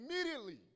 immediately